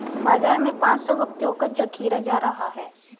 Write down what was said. बाजार में पांच सौ व्यक्तियों का जखीरा जा रहा है